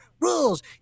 rules